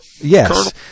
Yes